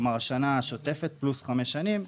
כלומר, השנה השוטפת פלוס חמש שנים.